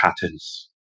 patterns